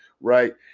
right